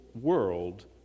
world